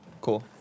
Cool